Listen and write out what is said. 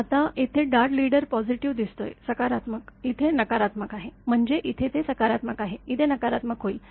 आता इथे dart leader positive दिसतोय सकारात्मक इथे नकारात्मक आहे म्हणजे इथे ते सकारात्मक आहे इथे नकारात्मक होईल